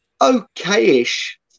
Okay-ish